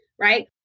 right